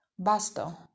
Basto